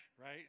right